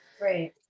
Right